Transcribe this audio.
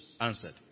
answered